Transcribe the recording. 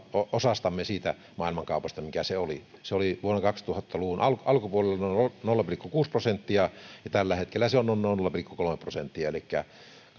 osastamme siitä maailmankaupasta mitä se oli se oli kaksituhatta luvun alkupuolella noin nolla pilkku kuusi prosenttia ja tällä hetkellä se on on noin nolla pilkku kolme prosenttia elikkä